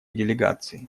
делегации